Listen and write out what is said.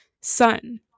son